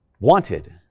wanted